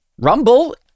Rumble